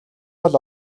бол